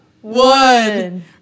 one